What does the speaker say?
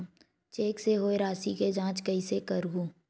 Cheque से होए राशि के जांच कइसे करहु?